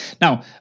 Now